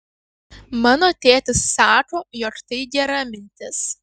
mano tėtis sako jog tai gera mintis